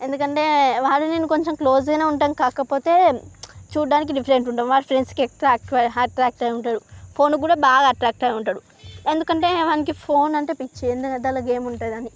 ఎందుకంటే వాడు నేను కొంచెం క్లోజ్గానే ఉంటాం కాకపోతే చూడ్డానికి డిఫరెంట్ ఉంటాం వాడు ఫ్రెండ్స్కి ఎక్కువ అట్రాక్ట్ అట్రాక్ట్ అయి ఉంటాడు ఫోన్కు కూడా బాగా అట్రాక్ట్ అయి ఉంటాడు ఎందుకంటే వానికి ఫోన్ అంటే పిచ్చి ఎందుకంటే దానిలో గేమ్ ఉంటుందని